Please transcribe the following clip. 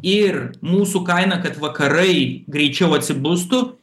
ir mūsų kaina kad vakarai greičiau atsibustų